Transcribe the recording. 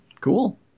Cool